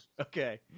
Okay